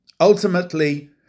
Ultimately